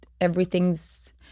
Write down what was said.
everything's